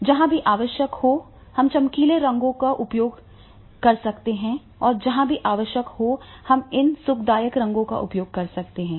इसलिए जहाँ भी आवश्यक हो हम चमकीले रंगों का उपयोग कर सकते हैं और जहाँ भी आवश्यक हो हम इन सुखदायक रंगों का उपयोग कर सकते हैं